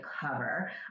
cover